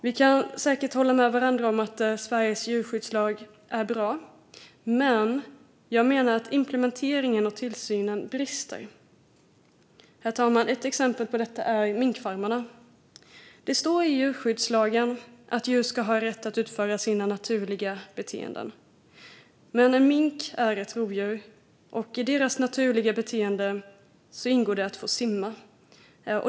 Vi kan säkert hålla med varandra om att Sveriges djurskyddslag är bra, men jag menar att implementeringen och tillsynen brister. Herr talman! Ett exempel på detta är minkfarmerna. Det står i djurskyddslagen att djur ska ha rätt till sina naturliga beteenden. Men minkar är rovdjur, och i deras naturliga beteenden ingår att simma.